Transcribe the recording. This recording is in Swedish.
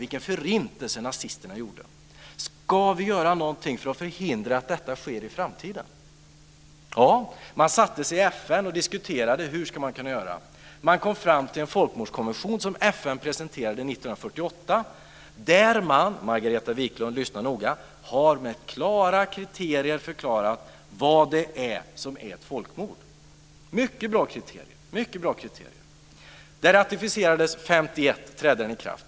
Vilken förintelse nazisterna genomförde! Ska vi göra någonting för att förhindra att detta sker i framtiden? Ja, man satte sig i FN och diskuterade hur man skulle kunna göra. Man kom fram till en folkmordskonvention som FN presenterade 1948 där man - lyssna noga, Margareta Viklund - med klara kriterier förklarade vad som är ett folkmord. Det var mycket bra kriterier. Denna ratificerades 1951.